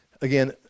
again